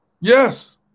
Yes